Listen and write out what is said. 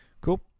Cool